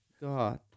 God